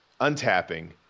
untapping